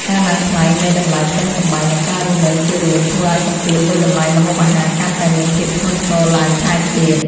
ការឡើងថ្លៃនៃតម្លៃផ្ទះសម្បែងនិងការរស់នៅជារួមធ្វើឱ្យសម្ពាធលើតម្លៃម្ហូបអាហារកាន់តែមានភាពធ្ងន់ធ្ងរឡើងថែមទៀត។